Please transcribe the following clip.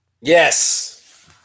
Yes